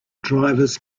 drivers